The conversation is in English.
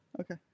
Okay